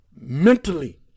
mentally